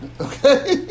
okay